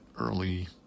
early